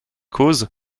cause